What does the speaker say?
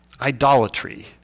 idolatry